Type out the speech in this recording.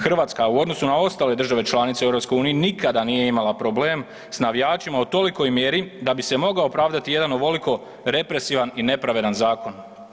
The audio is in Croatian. Hrvatska u odnosu na ostale države članice u EU nikada nije imala problem s navijačima u tolikoj mjeri da bi se mogao opravdati jedan ovoliko represivan i nepravedan zakon.